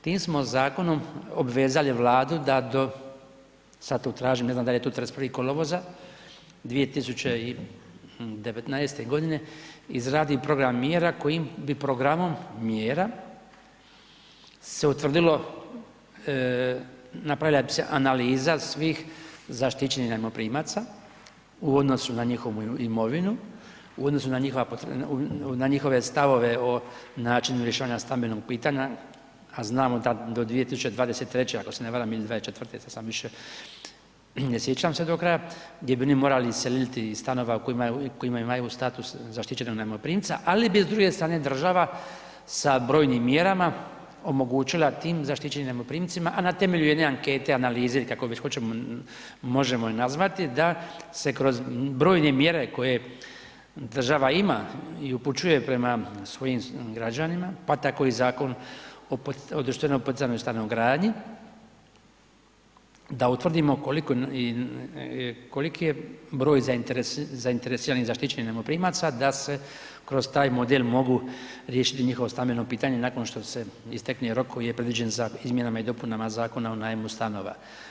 Tim smo zakonom obvezali Vladu da do sad tu tražim, ne znam da li je to 31. kolovoza 2019. g. izradi program mjera kojim bi programom mjera se utvrdilo, napravila bi se analiza svih zaštićenih najmoprimaca u odnosu na njihovu imovinu, u odnosu na njihove stavove o načinu rješavanja stambenog pitanja a znamo da do 2023. ako se ne varam ili 2024., ne sjećam se do kraja, gdje bi oni morali iseliti iz stanova u kojima imaju status zaštićenog najmoprimca ali bi s druge strane država sa brojnim mjerama omogućila tim zaštićenim najmoprimcima a temelju jedne ankete, analize ili kak već hoćemo možemo ju nazvati, da se kroz brojne mjere koje država ima i upućuje prema svojim građanima pa tako i Zakon o društveno poticajnoj stanogradnji, da utvrdimo koliki je broj zainteresiranih, zaštićenih najmoprimaca da se kroz taj model mogu riješiti njihovo stambenog pitanje nakon što se istekne rok koji je predviđen za izmjenama i dopunama Zakona o najmu stanova.